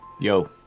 Yo